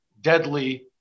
deadly